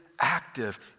active